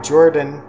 Jordan